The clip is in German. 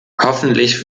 hoffentlich